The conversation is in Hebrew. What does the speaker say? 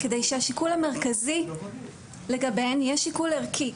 כדי שהשיקול המרכזי לגביהן יהיה שיקול ערכי.